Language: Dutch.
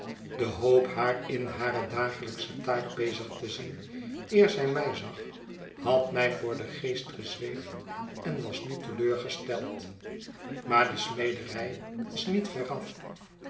de hoop haar in hare dagelijksche taak bezig te zien eer zij mij zag had mij voor den geest gezweefd en was nu te leur gesteld maar de smederij was niet veraf